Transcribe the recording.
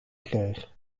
kreeg